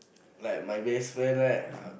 like my best friend right